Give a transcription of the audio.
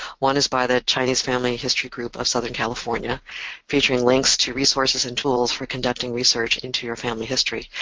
one is by the chinese family history group of southern california featuring links to resources and tools for conducting research into your family history,